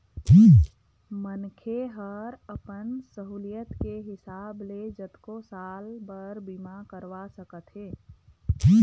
मनखे ह अपन सहुलियत के हिसाब ले जतको साल बर बीमा करवा सकत हे